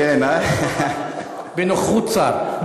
בנוכחות שר.